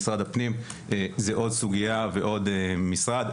משרד הפנים הוא עוד סוגיה ועוד משרד,